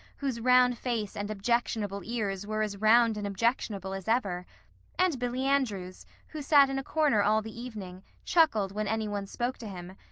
whose round face and objectionable ears were as round and objectionable as ever and billy andrews, who sat in a corner all the evening, chuckled when any one spoke to him,